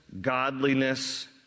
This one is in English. godliness